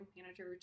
manager